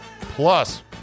plus